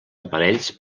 aparells